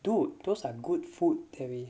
dude those are good food that we